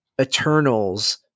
Eternals